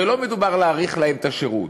הרי לא מדובר על להאריך להם את השירות.